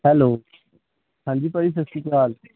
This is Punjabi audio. ਹੈਲੋ ਹਾਂਜੀ ਭਾਜੀ ਸਤਿ ਸ੍ਰੀ ਅਕਾਲ